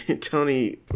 Tony